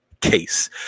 case